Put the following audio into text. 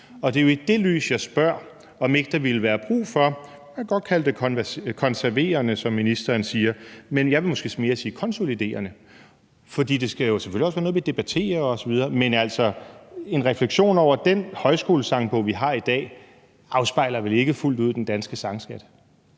Og det er jo i det lys, jeg spørger, om ikke der ville være brug for – man kan godt kalde det konserverende, som ministeren siger, men jeg vil måske mere sige konsoliderende, for det skal jo selvfølgelig også være noget, som vi debatterer osv. – en refleksion over, om den »Højskolesangbog«, som vi har i dag, fuldt ud afspejler den danske sangskat.